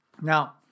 Now